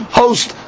host